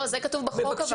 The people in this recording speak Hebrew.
אבל זה כתוב בחוק.